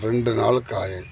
ரெண்டு நாள் காயும்